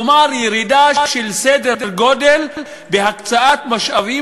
כלומר ירידה של סדר-גודל בהקצאת משאבים